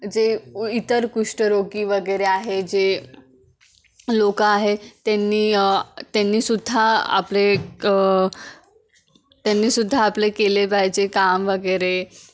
जे इतर कुष्ठरोगी वगैरे आहे जे लोकं आहे त्यांनी त्यांनीसुद्धा आपले त्यांनीसुद्धा आपले केले पाहिजे काम वगैरे